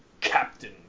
Captain